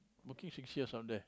working six years down there